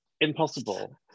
impossible